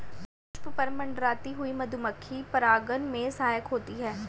पुष्प पर मंडराती हुई मधुमक्खी परागन में सहायक होती है